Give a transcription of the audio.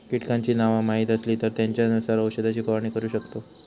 कीटकांची नावा माहीत असली तर त्येंच्यानुसार औषधाची फवारणी करू शकतव